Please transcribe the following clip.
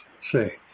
say